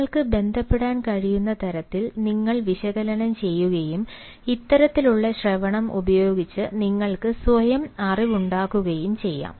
നിങ്ങൾക്ക് ബന്ധപ്പെടാൻ കഴിയുന്ന തരത്തിൽ നിങ്ങൾ വിശകലനം ചെയ്യുകയും ഇത്തരത്തിലുള്ള ശ്രവണം ഉപയോഗിച്ച് നിങ്ങൾക്ക് സ്വയം അറിവുണ്ടാക്കുകയും ചെയ്യാം